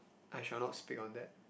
I shall not speak on that